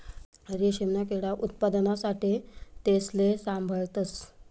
रेशीमना किडा उत्पादना साठे तेसले साभाळतस